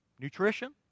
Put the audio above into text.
nutrition